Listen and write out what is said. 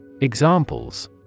Examples